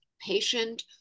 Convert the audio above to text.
patient